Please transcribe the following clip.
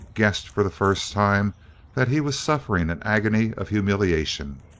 guessed for the first time that he was suffering an agony of humiliation.